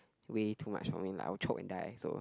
way too much for me like I will choke and die so